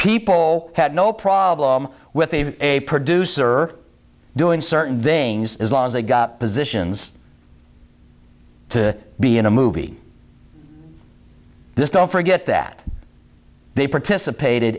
people had no problem with a producer doing certain things as long as they got positions to be in a movie this don't forget that they participated